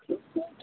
ठीके छै